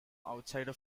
outside